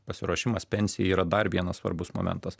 pasiruošimas pensijai yra dar vienas svarbus momentas